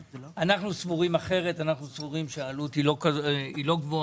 סבורים אחרת, אנחנו סבורים שהעלות היא לא גבוהה.